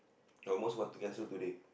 I almost want to cancel today